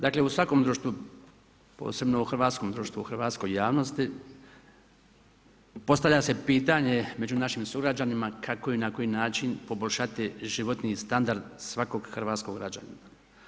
Dakle u svakom društvu, posebno u hrvatskom društvu, u hrvatskoj javnosti postavlja se pitanje među našim sugrađanima kako i na koji način poboljšati životni standard svakog hrvatskog građanina.